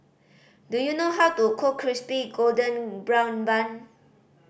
do you know how to cook Crispy Golden Brown Bun